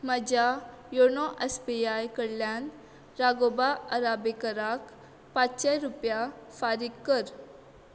म्हज्या YONO S B I कडल्यान राघोबा अराबेकराक पांचशे रुपया फारीक कर